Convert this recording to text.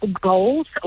goals